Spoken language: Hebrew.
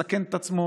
מסכן את עצמו,